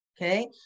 Okay